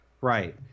Right